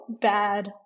bad